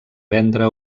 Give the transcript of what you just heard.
vendre